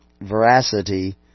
veracity